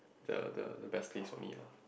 the the the best place for me lah